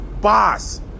Boss